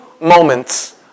moments